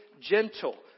gentle